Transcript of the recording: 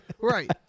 right